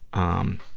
um,